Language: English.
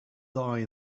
die